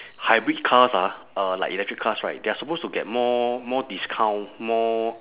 hybrid cars ah uh like electric cars right they are supposed to get more more discount more